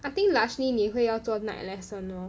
I think largely 你会要做 night lesson lor